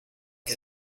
que